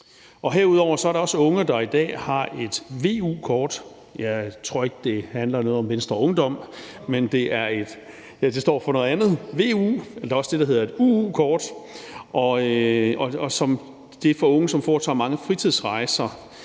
Herudover er der også unge, der i dag har et VU-kort – jeg tror ikke, det handler om Venstres Ungdom, men det står for noget andet – og der er også det, der hedder et UU-kort. Og det er for unge, som foretager mange fritidsrejser,